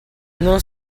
non